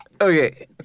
Okay